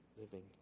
living